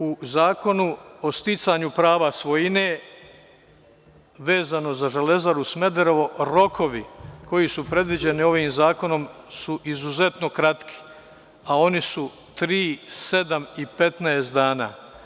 U Zakonu o sticanju prava svojine vezano za Železaru Smederevo rokovi koji su predviđeni ovim zakonom su izuzetno kratki, a oni su tri, sedam i 15 dana.